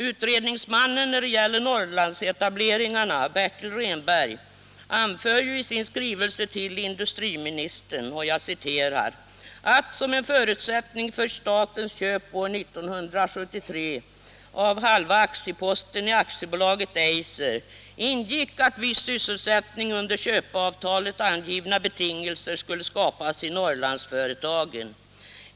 Utredningsmannen när det gäller Norrlandsetableringarna Bertil Rehnberg anför i sin skrivelse till industriministern ”att som en förutsättning för statens inköp år 1973 av halva aktieposten i AB Eiser ingick, att viss sysselsättning under i köpeavtalet angivna betingelser skulle skapas i norrlandsföretagen.